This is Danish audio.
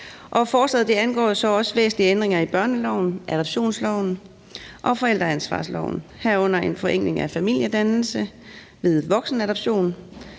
Forslaget angår så også væsentlige ændringer i børneloven, adoptionsloven og forældreansvarsloven, herunder en forenkling af familiedannelse ved voksenadoption,